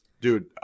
dude